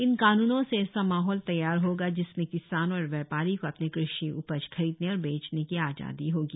इन कानूनों से ऐसा माहौल तैयार होगा जिसमें किसान और व्यापारी को अपनी कृषि उपज खरीदने और बेचने की आजादी होगी